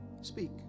speak